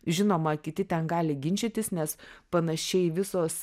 žinoma kiti ten gali ginčytis nes panašiai visos